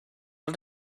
els